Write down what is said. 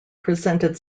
presented